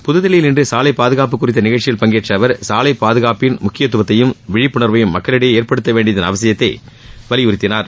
புதுதில்லியில் இன்று சாலை பாதுகாப்பு குறித்த நிகழ்ச்சியில் பங்கேற்ற அவர் சாலை பாதுகாப்பின் முக்கியத்துவத்தையும் விழிப்புணர்வையும் மக்களிடையே ஏற்படுத்த வேண்டியதன் அவசியத்தை வலியுறுத்தினார்